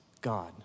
God